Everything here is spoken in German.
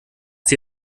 die